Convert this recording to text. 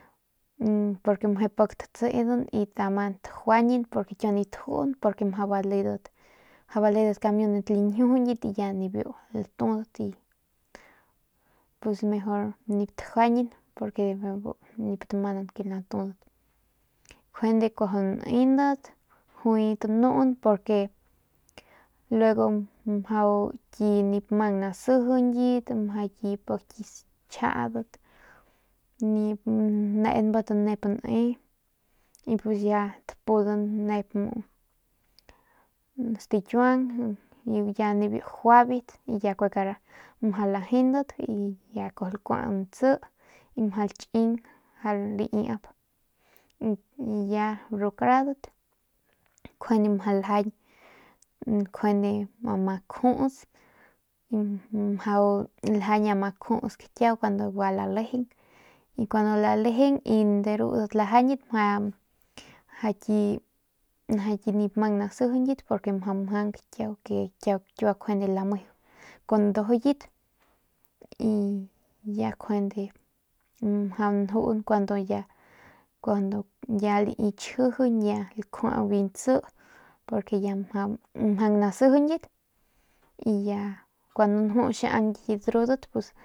Porque meje pik tatsidan y tamanan tajuayan porque kiua nip tajun mjau mjau baledat kamiunat lañjiujuñit y ya nibiu latudat y pus mejor nip tajañan porque bijiy bu nip tamanan ke natudan njuande kun nenat juay tanuudan porque luego juay nip mjang nasijiñat y mjau ki pik xchjiadat nip neenbat nep ne y pues ya tapudan nep muu ru stakiuang y ya nibiu juaybat y ya bijiy kue kara mjau lajeundat y kue lakuan ntsi y mjau laching laiap y ya ru karadat njuande mjau ljañ njuande ama juts mjau ljañ ama kjuts kiau lagua lalejeng y kuandu lalejeng rudat lajañit mja kit nip mang nasijiñat porque mjau mjank kiau ke kiau njuande kiua lameju kun ndujuyet y ya njuande mjau njun ya kuandu ya lai tchjijiñ ya kjuaut biu ntsi porque ya mjang nasijiñat y ya kun nju xiaung kit drudat pus.